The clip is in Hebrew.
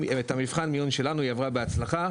אם את המבחן מיון שלנו היא עברה בהצלחה,